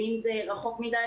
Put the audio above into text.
אם זה רחוק מדי,